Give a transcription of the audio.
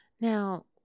Now